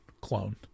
clone